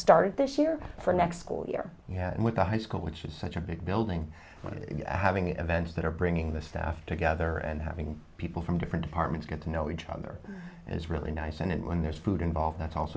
started this year for next school year with the high school which is such a big building having events that are bringing the staff together and having people from different departments get to know each other is really nice and when there's food involved that's all